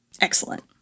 Excellent